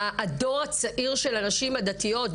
הדור הצעיר של הנשים הדתיות,